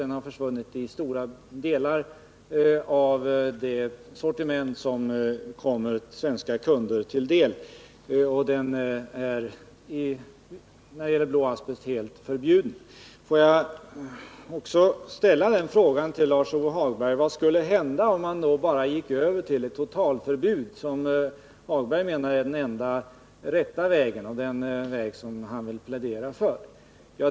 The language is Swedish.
Ämnet har försvunnit i stora delar av det sortiment som kommer svenska kunder till del, och blå asbest är helt förbjuden. Jag vill ställa en fråga till Lars-Ove Hagberg: Vad skulle hända om man gick över till totalförbud? Det är ju den enda väg som han vill plädera för.